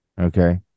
okay